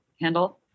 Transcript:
handle